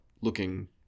looking